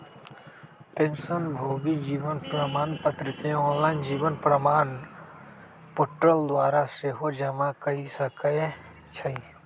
पेंशनभोगी जीवन प्रमाण पत्र के ऑनलाइन जीवन प्रमाण पोर्टल द्वारा सेहो जमा कऽ सकै छइ